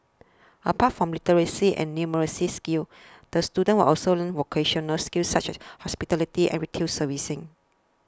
apart from literacy and numeracy skills the students will also learn vocational skills such as hospitality and retail servicing